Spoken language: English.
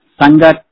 Sangat